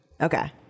Okay